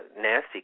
nasty